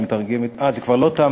חמש דקות.